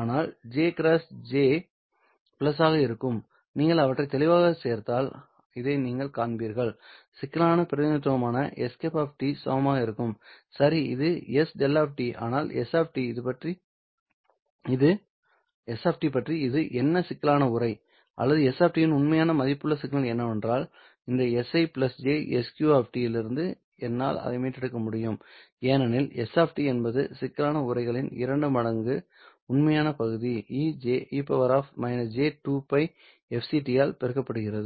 ஆனால் j × j ஆக இருக்கும் நீங்கள் அவற்றை தெளிவாகச் சேர்த்தால் இதை நீங்கள் காண்பீர்கள்சிக்கலான பிரதிநிதித்துவமான ŝ க்கு சமமாக இருக்கும் சரி இது sδ ஆனால் s பற்றி இது என்ன சிக்கலான உறை ஆனால் s இன் உண்மையான மதிப்புள்ள சிக்னல் என்னவென்றால் இந்த si j sq இலிருந்து என்னால் அதை மீட்டெடுக்க முடியும் ஏனெனில் s என்பது சிக்கலான உறைகளின் இரண்டு மடங்கு உண்மையான பகுதி e j2πfct ஆல் பெருக்கப்படுகிறது